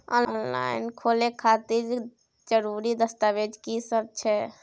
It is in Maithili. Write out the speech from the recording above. ऑनलाइन खाता खोले खातिर जरुरी दस्तावेज की सब छै?